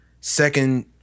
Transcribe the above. second